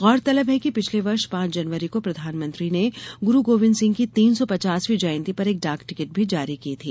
गौरतलब है कि पिछले वर्ष पांच जनवरी को प्रधानमंत्री ने गुरू गोविन्दसिंह की तीन सौ पचासवी जयंती पर एक डाक टिकट भी जारी की थी